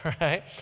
right